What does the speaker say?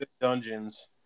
Dungeons